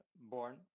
born